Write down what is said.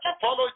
follow